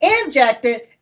injected